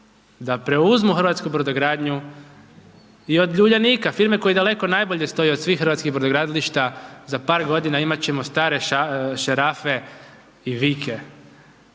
da preuzmu hrvatsku brodogradnju i od Uljanika, firma koja daleko najbolje stoji od svih hrvatskih brodogradilišta, za par godina imat ćemo stare šarafe i vijke.